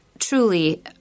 Truly